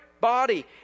body